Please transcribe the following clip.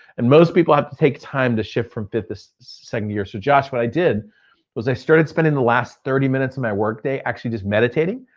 and most people have to take time to shift from fifth to second gear. so josh, what i did was i started spending the last thirty minutes of my workday actually just meditating.